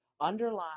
Underlying